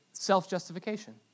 Self-justification